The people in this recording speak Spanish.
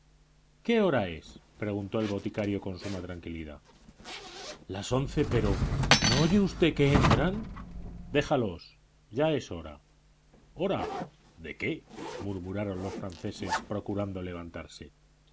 qué hora es preguntó el boticario con suma tranquilidad las once pero no oye usted que entran déjalos ya es hora hora de qué murmuraron los franceses procurando levantarse